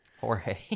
Jorge